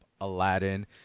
Aladdin